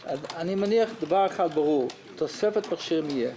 דבר אחד ברור - תוספת מכשירים תהיה.